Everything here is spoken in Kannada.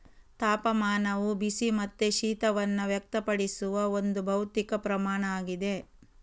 ತಾಪಮಾನವು ಬಿಸಿ ಮತ್ತೆ ಶೀತವನ್ನ ವ್ಯಕ್ತಪಡಿಸುವ ಒಂದು ಭೌತಿಕ ಪ್ರಮಾಣ ಆಗಿದೆ